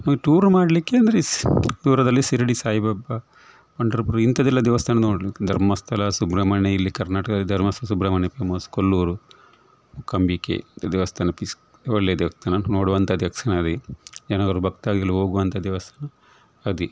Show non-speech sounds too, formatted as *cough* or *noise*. ನಮಗೆ ಟೂರು ಮಾಡಲಿಕ್ಕೆ ಅಂದರೆ ದೂರದಲ್ಲಿ ಶಿರ್ಡಿ ಸಾಯಿಬಾಬ ಪಂಡರಪುರ ಇಂಥದೆಲ್ಲ ದೇವಸ್ಥಾನ ನೋಡಬೇಕು ಧರ್ಮಸ್ಥಳ ಸುಬ್ರಹ್ಮಣ್ಯ ಇಲ್ಲಿ ಕರ್ನಾಟಕದಲ್ಲಿ ಧರ್ಮಸ್ಥಳ ಸುಬ್ರಮಣ್ಯ ಫೇಮಸ್ ಕೊಲ್ಲೂರು ಮೂಕಾಂಬಿಕೆ ದೇವಸ್ಥಾನ ಪಿಸ್ ಒಳ್ಳೆ ದೇವಸ್ಥಾನ ನೋಡುವಂಥ ದೇವಸ್ಥಾನ *unintelligible* ಜನರು ಭಕ್ತಾದಿಗಳು ಹೋಗುವಂಥ ದೇವಸ್ಥಾನ ಅದೇ